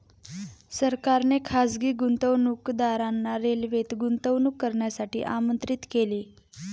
सरकारने खासगी गुंतवणूकदारांना रेल्वेत गुंतवणूक करण्यासाठी आमंत्रित केले